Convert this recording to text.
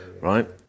right